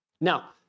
Now